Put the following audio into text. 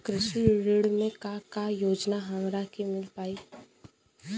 कृषि ऋण मे का का योजना हमरा के मिल पाई?